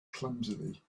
clumsily